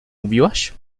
mówiłaś